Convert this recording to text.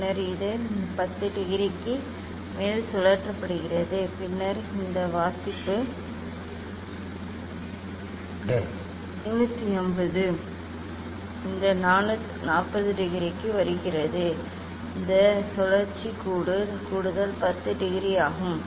பின்னர் இது 10 டிகிரிக்கு மேல் சுழற்றப்படுகிறது பின்னர் இந்த வாசிப்பு 350 இந்த 40 டிகிரிக்கு வருகிறது இது இந்த சுழற்சி கூடுதல் 10 டிகிரி ஆகும்